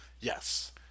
Yes